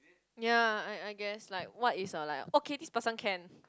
ya I I guess like what is your like okay this person can